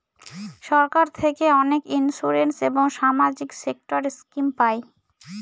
সরকার থেকে অনেক ইন্সুরেন্স এবং সামাজিক সেক্টর স্কিম পায়